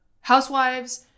housewives